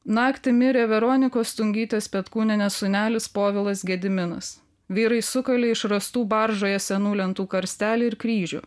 naktį mirė veronikos stungytės petkūnienės sūnelis povilas gediminas vyrai sukalė iš rastų baržoje senų lentų karstelį ir kryžių